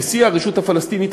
נשיא הרשות הפלסטינית,